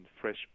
fresh